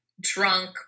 drunk